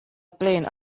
plane